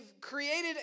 created